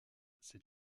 c’est